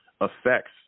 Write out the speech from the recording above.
affects